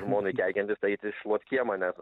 žmonai keikiantis eiti šluot kiemą nes